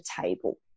table